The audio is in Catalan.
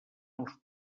els